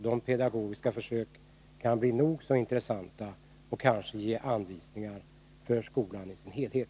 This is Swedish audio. De pedagogiska försök som pågår kan bli nog så intressanta — och kanske ge anvisningar för skolan i dess helhet.